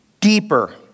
deeper